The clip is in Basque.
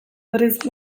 berriz